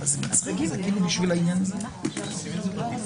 זה היה ונמחק.